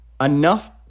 enough